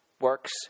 works